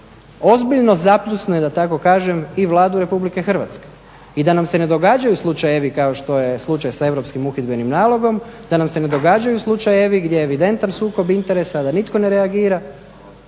ozbiljno zapljusne da tako kažem i Vladu RH i da nam se ne događaju slučajevi kao što je slučaj sa europskim uhidbenim nalogom, da nam se ne događaju slučajevi gdje je evidentan sukob interesa, da nitko one reagira,